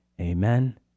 Amen